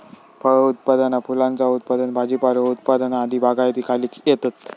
फळ उत्पादना फुलांचा उत्पादन भाजीपालो उत्पादन आदी बागायतीखाली येतत